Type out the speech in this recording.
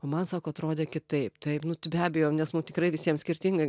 o man sako atrodė kitaip taip nut be abejo nes mum tikrai visiem skirtingai